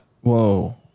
whoa